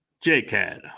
J-CAD